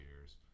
years